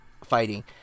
fighting